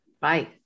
Bye